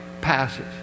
passes